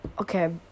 okay